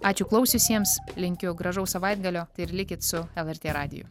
ačiū klausiusiems linkiu gražaus savaitgalio ir likit su lrt radiju